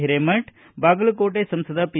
ಹಿರೇಮಠ ಬಾಗಲಕೋಟೆ ಸಂಸದ ಪಿ